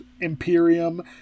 Imperium